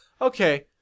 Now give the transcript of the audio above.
Okay